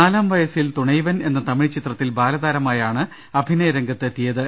നാലാം വയസ്സിൽ തുണൈവൻ എന്ന തമിഴ് ചിത്രത്തിൽ ബാലതാരമായാണ് അഭിനയരംഗത്തെത്തിയത്